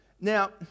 Now